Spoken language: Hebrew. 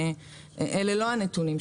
אלה לא הנתונים,